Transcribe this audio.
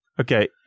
Okay